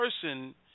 person